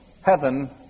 heaven